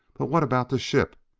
but what about the ship?